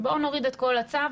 בואו נוריד את כל הצו,